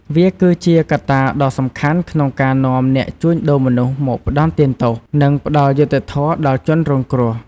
វាគឺជាកត្តាដ៏សំខាន់ក្នុងការនាំអ្នកជួញដូរមនុស្សមកផ្តន្ទាទោស និងផ្តល់យុត្តិធម៌ដល់ជនរងគ្រោះ។